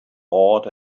awed